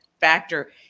factor